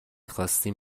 خواستیم